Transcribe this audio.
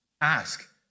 ask